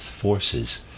forces